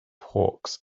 hawks